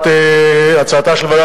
הממשלה צריכה לבוא